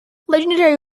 legendary